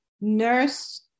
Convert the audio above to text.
nurse